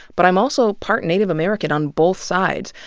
but i'm also part native american on both sides.